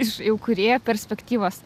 iš kūrėjo perspektyvos